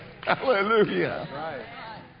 Hallelujah